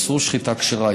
איסור שחיטה כשרה,